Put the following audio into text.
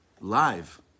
live